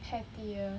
pettiest